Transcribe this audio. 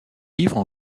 livre